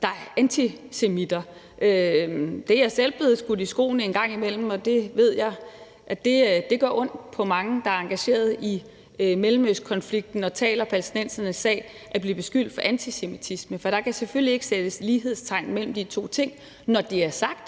der er antisemitter. Det er jeg selv blevet skudt i skoene en gang imellem, og jeg ved også, at det gør ondt på mange af dem, der er engageret i Mellemøstenkonflikten, og som taler palæstinensernes sag, at blive beskyldt for antisemitisme. For der kan selvfølgelig ikke sættes lighedstegn mellem de to ting. Når det er sagt,